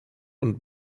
und